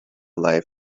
life